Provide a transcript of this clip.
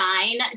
nine